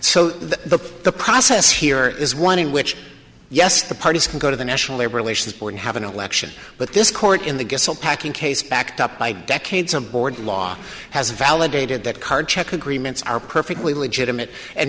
so the the process here is one in which yes the parties can go to the national labor relations board and have an election but this court in the packing case backed up by decades of board law has validated that card check agreements are perfectly legitimate and